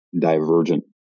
divergent